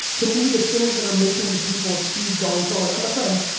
to me the things that are making the people achieve going forward, and my friends,